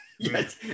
Yes